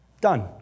Done